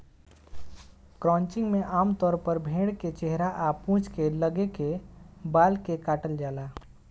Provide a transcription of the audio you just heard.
crutching में आमतौर पर भेड़ के चेहरा आ पूंछ के लगे के बाल के काटल जाला